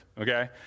okay